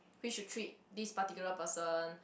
we should treat this particular person